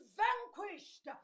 vanquished